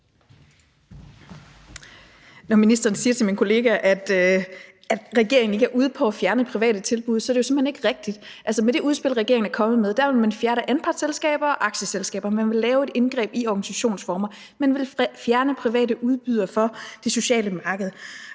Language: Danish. Når ministeren siger til min kollega, at regeringen ikke er ude på at fjerne private tilbud, så er det jo simpelt hen ikke rigtigt. Altså, med det udspil, regeringen er kommet med, vil man fjerne anpartsselskaber og aktieselskaber. Man vil lave et indgreb i organisationsformer, man vil fjerne private udbydere fra det sociale marked.